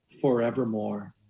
forevermore